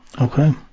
Okay